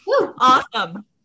Awesome